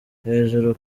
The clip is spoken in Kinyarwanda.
hejuru